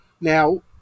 Now